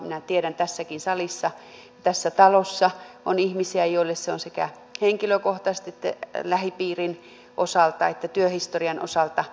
minä tiedän että tässäkin salissa tässä talossa on ihmisiä joille se on sekä henkilökohtaisesti että lähipiirin osalta että työhistorian osalta kipeä asia